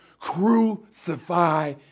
crucify